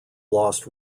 lost